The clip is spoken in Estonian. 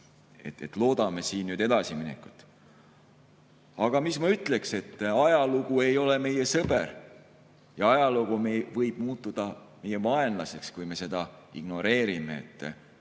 Loodame siin edasiminekut. Aga mis ma ütleksin: ajalugu ei ole meie sõber, ajalugu võib muutuda meie vaenlaseks, kui me seda ignoreerime.